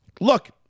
Look